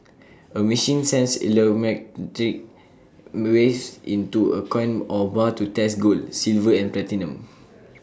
A machine sends waves into A coin or bar to test gold silver and platinum